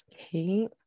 Okay